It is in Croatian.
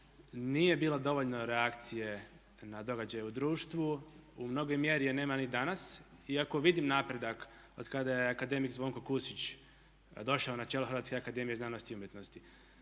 nije bilo dovoljno reakcije na događaje u društvu, u mnogoj mjeri je nema ni danas iako vidim napredak otkada je akademik Zvonko Kusić došao na čelo Hrvatske akademije znanosti i umjetnosti.